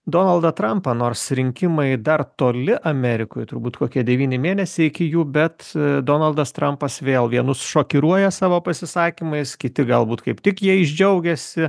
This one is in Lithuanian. donaldą trampą nors rinkimai dar toli amerikoj turbūt kokie devyni mėnesiai iki jų bet donaldas trampas vėl vienus šokiruoja savo pasisakymais kiti galbūt kaip tik jais džiaugiasi